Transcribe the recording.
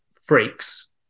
freaks